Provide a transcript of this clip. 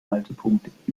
haltepunkt